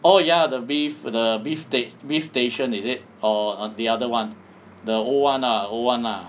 oh ya the beef the beef sta~ the beef station is it or on the other one the old [one] ah the old [one] ah